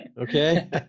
Okay